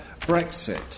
Brexit